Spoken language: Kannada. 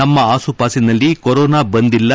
ನಮ್ಮ ಆಸುಪಾಸಿನಲ್ಲಿ ಕೊರೋನಾ ಬಂದಿಲ್ಲ